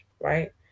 right